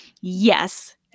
Yes